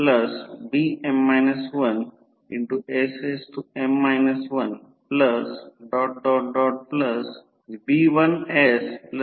आता V2 V 1 I2 R e j X j Xe 1असेल याचा अर्थ असा की येथे या सर्किट मध्ये काय लागू होईल